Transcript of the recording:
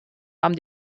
haben